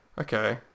Okay